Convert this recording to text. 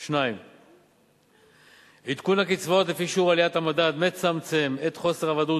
2. עדכון הקצבאות לפי שיעור עליית המדד מצמצם את חוסר הוודאות